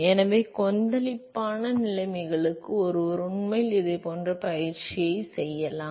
எனவே கொந்தளிப்பான நிலைமைகளுக்கு ஒருவர் உண்மையில் இதேபோன்ற பயிற்சியை செய்யலாம்